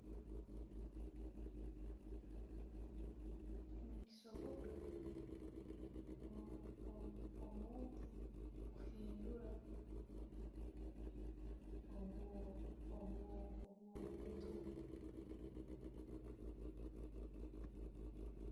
Ne chisoboka omu- omuntu kuhindura obwo obwo; buntu bwe.